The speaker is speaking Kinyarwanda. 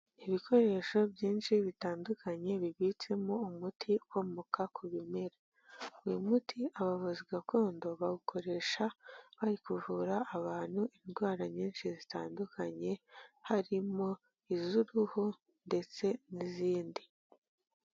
Ibikoresho byinshi bitandukanye bibitsemo umuti ukomoka ku bimera, uyu muti abavuzi gakondo bawukoresha bari kuvura abantu indwara nyinshi zitandukanye, harimo iz'uruhu ndetse n'izindi.